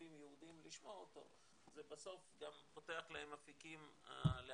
רופאים יהודים לשמוע אותו זה בסוף גם פותח להם אפיקים לעלייה,